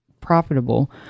profitable